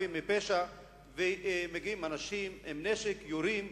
חפים מפשע באוטובוס והיו מגיעים אנשים עם נשק ויורים